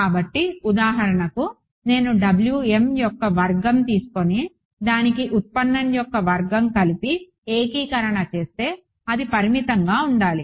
కాబట్టి ఉదాహరణకు నేను యొక్క వర్గం తీసుకొని దానికి ఉత్పన్నం యొక్క వర్గం కలిపి ఏకీకరణ చేస్తే అది పరిమితంగా ఉండాలి